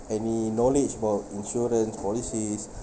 any knowledge about insurance policies